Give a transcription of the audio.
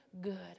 good